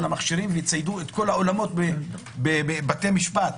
המכשירים ויציידו את כל האולמות בבתי משפט.